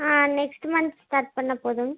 next months start பண்ணால் போதும்